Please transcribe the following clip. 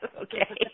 Okay